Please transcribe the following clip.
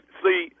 see